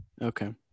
Okay